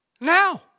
now